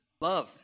Love